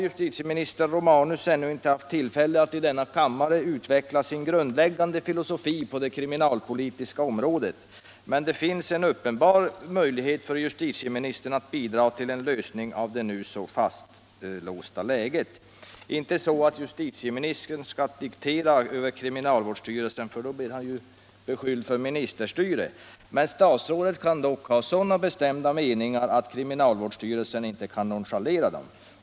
Justitieminister Romanus har ännu inte haft tillfälle att i denna kammare utveckla sin grundläggande filosofi på det kriminalpolitiska området, men det finns en uppenbar möjlighet för justitieministern att bidra till en lösning av det nu så fastlåsta läget. Inte så att justitieministern skall diktera för kriminalvårdsstyrelsen, för då blir han beskylld för ministerstyre, men statsrådet kan ha sådana bestämda meningar att kriminalvårdsstyrelsen inte kan nonchalera dem.